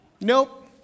Nope